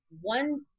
one